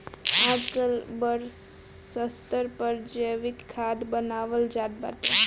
आजकल बड़ स्तर पर जैविक खाद बानवल जात बाटे